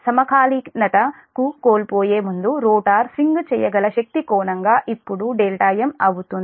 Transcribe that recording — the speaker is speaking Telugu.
సమకాలీనత ను కోల్పోయే ముందు రోటర్ స్వింగ్ చేయగల శక్తి కోణంగా ఇప్పుడు m అవుతుంది